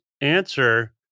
answer